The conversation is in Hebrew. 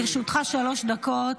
לרשותך שלוש דקות.